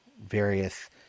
various